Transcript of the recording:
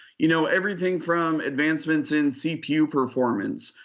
you know everything from advancements in cpu performance.